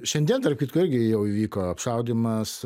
šiandien tarp kitko irgi jau įvyko apšaudymas